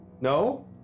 No